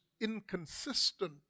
inconsistent